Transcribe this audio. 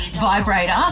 vibrator